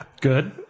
Good